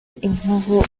inkoho